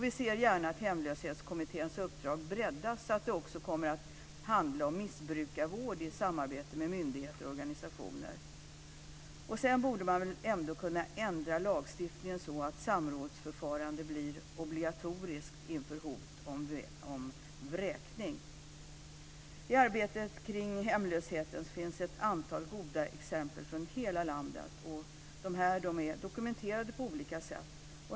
Vi ser gärna att Hemlöshetskommitténs uppdrag breddas så att det också kommer att handla om missbrukarvård i samarbete med myndigheter och organisationer. Man borde kunna ändra lagstiftningen så att samrådsförfarande blir obligatoriskt inför hot om vräkning. I arbetet kring hemlösheten finns ett antal goda exempel från hela landet. De är dokumenterade på olika sätt.